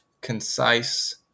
concise